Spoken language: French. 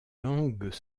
langues